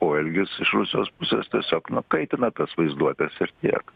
poelgis iš rusijos pusės tiesiog na kaitina tas vaizduotes ir tiek